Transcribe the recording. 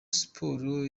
siporo